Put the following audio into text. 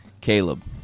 Caleb